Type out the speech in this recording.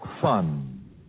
fun